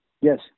Yes